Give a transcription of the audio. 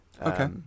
Okay